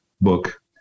book